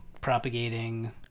propagating